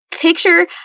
picture